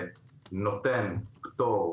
למעט בהוראות החוק המנויות בסעיף קטן